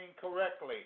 correctly